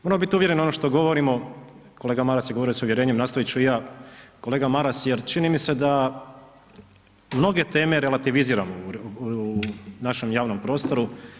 Moramo biti uvjereni ono što govorimo, kolega Maras je govorio s uvjerenjem, nastojat ću i ja, kolega Maras jer čini mi se da, mnoge teme relativiziramo u našem javnom prostoru.